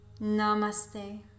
Namaste